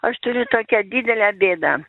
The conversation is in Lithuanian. aš turiu tokią didelę bėdą